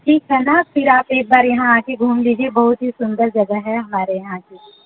ठीक है ना फिर आप एक बार यहाँ आके घूम जीजिए बहुत ही सुन्दर जगह है हमारे यहाँ की